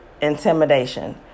intimidation